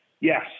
yes